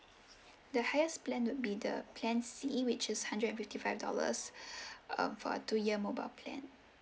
the highest plan would be the plan C which is hundred and fifty five dollars um for a two year mobile plan